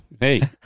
Hey